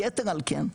יתר על כן,